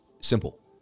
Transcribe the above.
simple